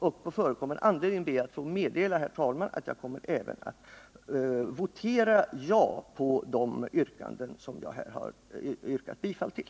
På förekommen anledning ber jag att få meddela, herr talman, att jag även vid voteringen kommer att rösta ja på de yrkanden som jag här har yrkat bifall till.